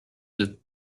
deux